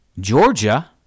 Georgia